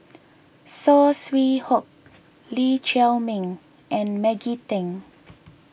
Saw Swee Hock Lee Chiaw Meng and Maggie Teng